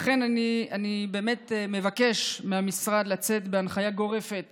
לכן, אני מבקש מהמשרד לצאת בהנחיה גורפת